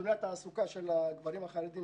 נתוני התעסוקה של הגברים החרדים